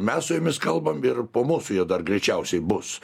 mes su jumis kalbam ir po mūsų jie dar greičiausiai bus